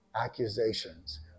accusations